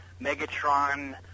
Megatron